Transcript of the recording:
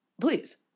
please